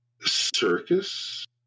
Circus